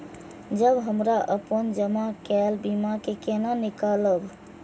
जब हमरा अपन जमा केल बीमा के केना निकालब?